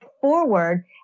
forward